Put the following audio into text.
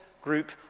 group